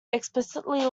explicitly